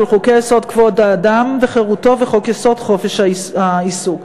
חוק-יסוד: כבוד האדם וחירותו וחוק-יסוד: חופש העיסוק.